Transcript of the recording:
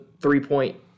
three-point